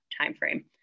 timeframe